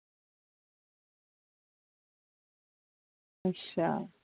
अच्छा